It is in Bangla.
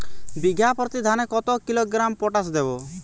বিঘাপ্রতি ধানে কত কিলোগ্রাম পটাশ দেবো?